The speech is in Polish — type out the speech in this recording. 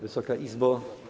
Wysoka Izbo!